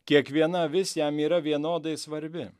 kiekviena avis jam yra vienodai svarbi